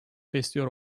besliyor